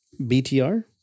BTR